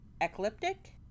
ecliptic